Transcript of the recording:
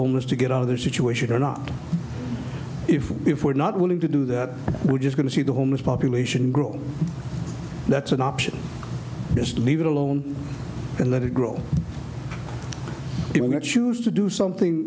homeless to get out of their situation or not if if we're not willing to do that we're just going to see the homeless population growth that's an option just leave it alone and let it grow it will choose to do something